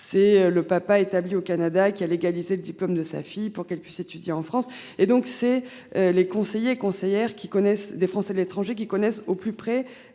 c'est le papa au Canada qui a légalisé le diplôme de sa fille pour qu'elle puisse étudier en France et donc c'est les conseillers et conseillères qui connaissent des Français de l'étranger qui connaissent au plus près